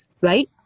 right